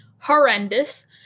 horrendous